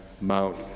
Mount